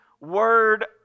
word